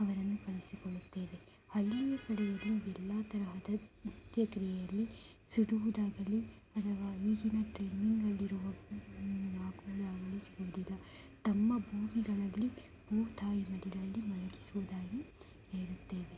ಅವರನ್ನು ಕಳಿಸಿಕೊಡುತ್ತೇವೆ ಅಲ್ಲ ಕೂಡ ಎಲ್ಲ ತರಹದ ಅಂತ್ಯಕ್ರಿಯೆಯಲ್ಲಿ ಸುಡುವುದಾಗಲಿ ಅಥವಾ ಈಗಿನ ಟ್ರೆಂಡಿಂಗ್ನಲ್ಲಿರುವ ತಮ್ಮ ಭೂಮಿಗಳಲ್ಲಿ ಭೂತಾಯಿ ಮಡಿಲಲ್ಲಿ ಮಲಗಿಸುವುದಾಗಿ ಹೇಳುತ್ತೇವೆ